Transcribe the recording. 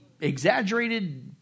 exaggerated